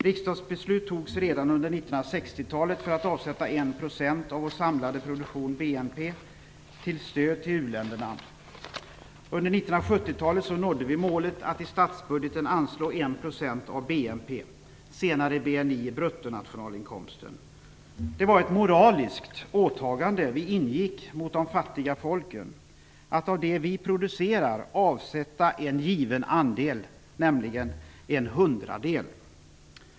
Riksdagsbeslut togs redan under 1960-talet för att avsätta 1 % av vår samlade produktion, BNP, till stöd till u-länderna. Under 1970-talet nådde vi målet att i statsbudgeten anslå 1 % av BNP - senare BNI, bruttonationalinkomsten. Det var ett moraliskt åtagande vi ingick gentemot de fattiga folken - nämligen att av det vi producerar avsätta en given andel, en hundradel.